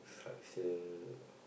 structure